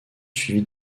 suivies